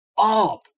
up